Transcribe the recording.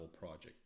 Project